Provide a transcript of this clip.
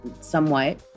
somewhat